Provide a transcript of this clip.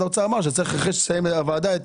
האוצר שאחרי שהוועדה תסיים את עבודתה,